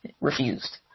refused